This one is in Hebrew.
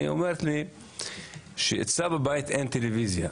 היא אמרה לי שאצלה בבית אין טלוויזיה.